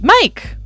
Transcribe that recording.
Mike